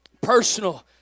Personal